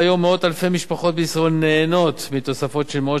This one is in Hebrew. והיום מאות אלפי משפחות בישראל נהנות מתוספות של מאות